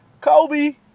Kobe